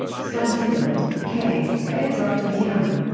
stansfield, k, eds. after the elm.